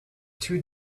two